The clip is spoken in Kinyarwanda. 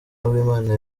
uwimana